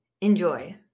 Enjoy